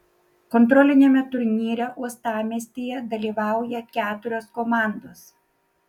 kontroliniame turnyre uostamiestyje dalyvauja keturios komandos